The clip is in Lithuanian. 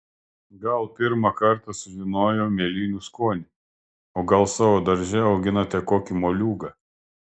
gal pirmą kartą sužinojo mėlynių skonį o gal savo darže auginate kokį moliūgą